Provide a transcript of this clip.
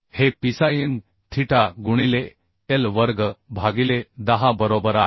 हे Pसाइन थीटा गुणिले L वर्ग भागिले 10 बरोबर आहे